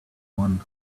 one